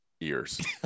ears